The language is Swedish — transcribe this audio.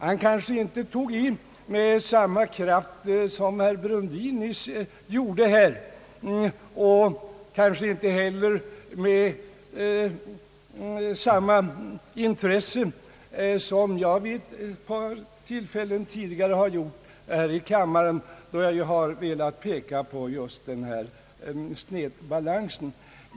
Han tog kanske inte i lika kraftigt som herr Brundin nyss gjorde och kanske inte heller med samma intresse som jag gjort när jag vid ett par tidigare tillfällen i kammaren har pekat på just den här snedbalansen.